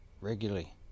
Regularly